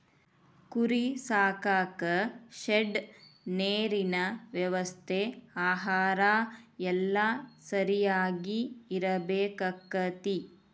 ಕುರಿ ಸಾಕಾಕ ಶೆಡ್ ನೇರಿನ ವ್ಯವಸ್ಥೆ ಆಹಾರಾ ಎಲ್ಲಾ ಸರಿಯಾಗಿ ಇರಬೇಕಕ್ಕತಿ